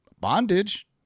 bondage